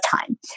time